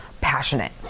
passionate